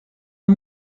een